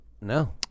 No